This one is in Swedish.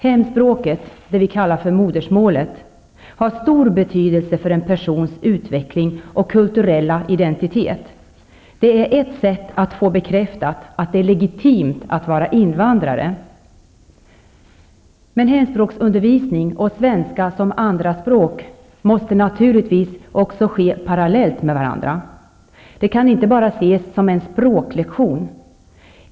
Hemspråket -- det vi kallar modersmålet -- har stor betydelse för en persons utveckling och kulturella identitet. Det är ett sätt att få bekräftat att det är legitimt att vara invandrare. Men hemspråksundervisningen och undervisningen i svenska som andra språk måste naturligtvis meddelas parallellt med varandra. De kan inte bara ses som språklektioner.